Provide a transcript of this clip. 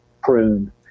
prune